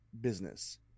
business